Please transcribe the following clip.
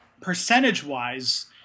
percentage-wise